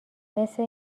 مثه